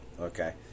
Okay